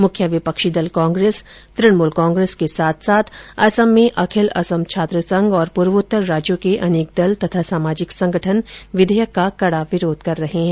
मुख्य विपक्षी दल कांग्रेस तृणमूल कांग्रेस के साथ साथ असम में अखिल असम छात्र संघ और पूर्वोत्तर राज्यों के अनेक दल तथा सामाजिक संगठन विधेयक का कड़ा विरोध कर रहे हैं